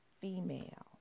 female